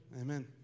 Amen